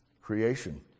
creation